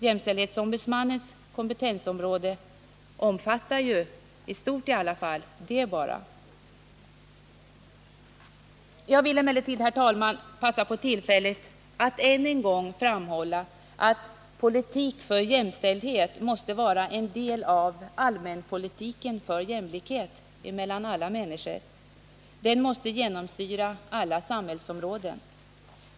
Jämställdhetsombudsmannens kompetensområde omfattar ju, i varje fall i stort sett, bara det området. Jag vill, herr talman, passa på tillfället att än en gång framhålla att jämställdhetspolitiken måste vara en del av allmänpolitiken för jämlikhet mellan alla människor. Den måste genomsyra alla samhällsområden.